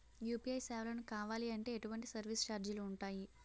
UPI సేవలను కావాలి అంటే ఎటువంటి సర్విస్ ఛార్జీలు ఉంటాయి?